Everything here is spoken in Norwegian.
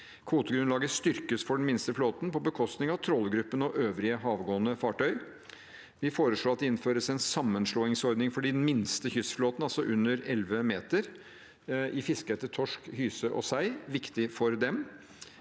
Kvotegrunnlaget styrkes for den minste flåten, på bekostning av trålergruppen og øvrige havgående fartøy. Vi foreslår at det innføres en sammenslåingsordning for den minste kystflåten, altså fartøy under elleve meter, i fisket etter torsk, hyse og sei. Det er viktig for dem.